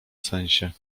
sensie